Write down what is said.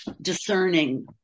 discerning